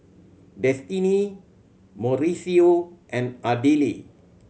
Destinee Mauricio and Ardelle